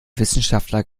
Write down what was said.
wissenschaftler